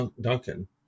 Duncan